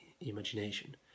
imagination